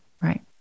Right